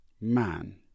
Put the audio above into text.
Man